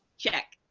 check.